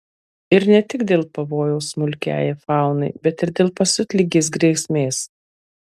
ir ne tik dėl pavojaus smulkiajai faunai bet ir dėl pasiutligės grėsmės